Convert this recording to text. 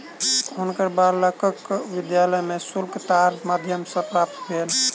हुनकर बालकक विद्यालय के शुल्क तार के माध्यम सॅ प्राप्त भेल